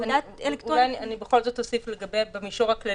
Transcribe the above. תעודה אלקטרונית --- אולי בכל זאת אוסיף במישור הכללי,